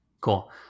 cool